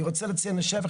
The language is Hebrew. אני רוצה לציין לשבח,